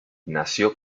nació